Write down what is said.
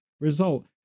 result